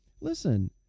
Listen